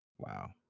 Wow